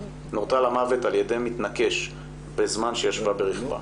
נורתה למוות על ידי מתנקש בזמן שישבה ברכבה.